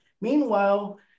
Meanwhile